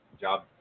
job